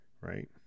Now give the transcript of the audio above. right